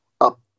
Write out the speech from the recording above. up